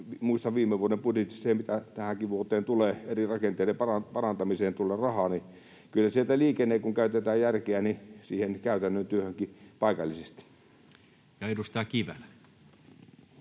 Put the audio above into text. muistan viime vuoden budjetista — ja mitä tähänkin vuoteen tulee — että eri rakenteiden parantamiseen tulee rahaa, niin että kyllä sieltä liikenee, kun käytetään järkeä, käytännön työhönkin paikallisesti. [Speech 146]